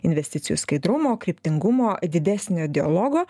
investicijų skaidrumo kryptingumo didesnio dialogo